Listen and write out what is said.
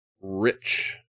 rich